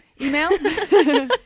Email